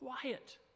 quiet